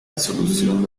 disolución